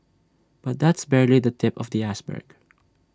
but that's barely the tip of the iceberg